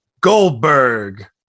Goldberg